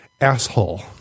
asshole